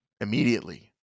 immediately